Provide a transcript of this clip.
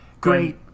Great